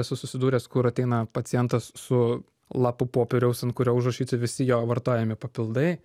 esu susidūręs kur ateina pacientas su lapu popieriaus ant kurio užrašyti visi jo vartojami papildai